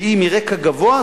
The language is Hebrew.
שהיא מרקע גבוה,